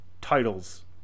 titles